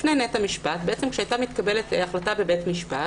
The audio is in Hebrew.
לפני נט-המשפט, כשהייתה מתקבלת החלטה בבית משפט,